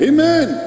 Amen